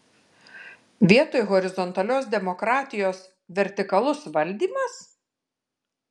vietoj horizontalios demokratijos vertikalus valdymas